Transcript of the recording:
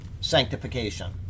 sanctification